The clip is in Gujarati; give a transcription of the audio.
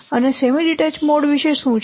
અને સેમી ડીટેચ્ડ મોડ વિશે શું છે